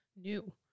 new